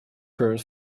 current